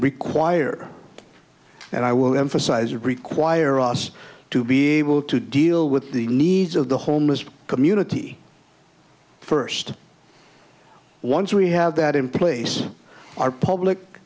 require and i will emphasize require us to be able to deal with the needs of the homeless community first once we have that in place our public